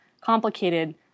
complicated